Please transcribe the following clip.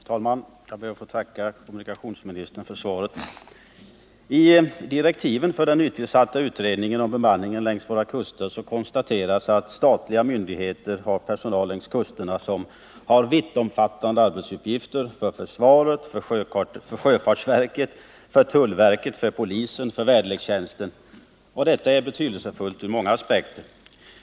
Herr talman! Jag ber att få tacka kommunikationsministern för svaret. I direktiven för den nytillsatta utredningen om bemanningen längs våra kuster konstateras det att statliga myndigheter har personal längs kusterna som har vittomfattande arbetsuppgifter för försvaret, sjöfartsverket, tullverket, polisen och väderlekstjänsten. Detta är betydelsefullt ur många aspekter.